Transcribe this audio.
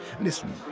Listen